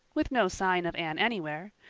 with no sign of anne anywhere,